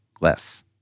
less